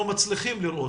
מצליחים לראות,